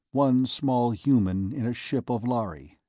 one small human in a ship of lhari.